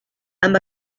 amb